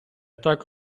так